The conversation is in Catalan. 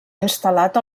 instal·lat